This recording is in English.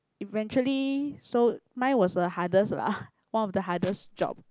eventually so mine was the hardest lah one of the hardest job